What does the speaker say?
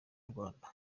rwanda